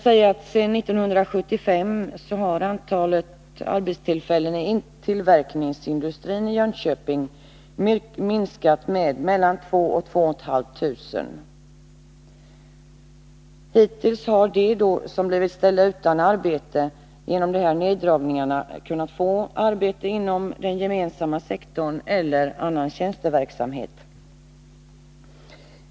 Sedan 1975 har antalet arbetstillfällen i tillverkningsindustrin i Jönköping minskat med mellan 2 000 och 2 500. Hittills har de som genom dessa neddragningar blivit ställda utan arbete kunnat få arbete inom den gemensamma sektorn eller annan tjänsteverksamhet.